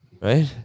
Right